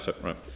right